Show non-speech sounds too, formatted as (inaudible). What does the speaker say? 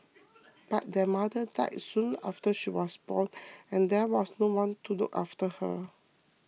(noise) but their mother died soon after she was born and there was no one to look after her